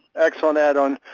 excellent add on.